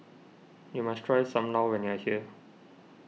you must try Sam Lau when you are here